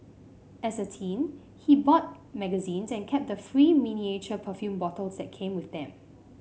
as a teen he bought magazines and kept the free miniature perfume bottles that came with them